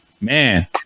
man